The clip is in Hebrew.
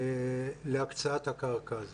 להקצאת הקרקע הזו.